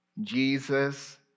Jesus